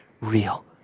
real